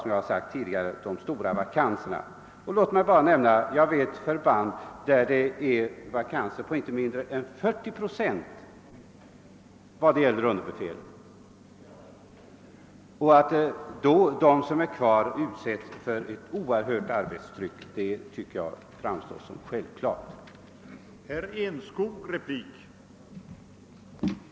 Som jag tidigare sagt beror detta på de föreliggande stora vakanserna. Jag vet förband som har vakanser på inte mindre än 40 procent i fråga om underbefäl. Att de som är kvar då kommer att utsättas för ett oerhört tyngande merarbete tycker jag borde framstå som självklart och våra krav som mycket billiga.